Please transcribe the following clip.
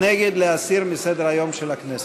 נגד, להסיר מסדר-היום של הכנסת.